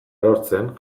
erortzen